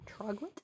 Troglit